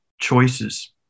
choices